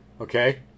Okay